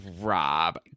Rob